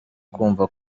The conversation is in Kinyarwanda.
kwumva